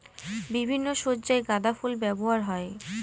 বিভিন্ন সজ্জায় গাঁদা ফুল ব্যবহার হয়